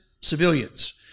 civilians